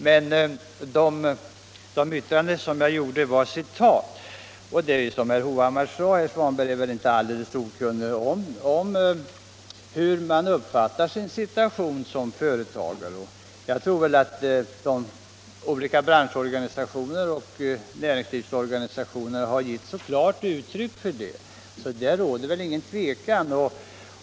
Men mina yttranden var citat, och som herr Hovhammar sade är väl inte herr Svanberg alldeles okunnig om hur småföretagarna uppfattar sin situation. Jag tycker att olika branschorganisationer och näringslivsorganisationer har givit så klara uttryck för det, att det inte borde råda någon tvekan.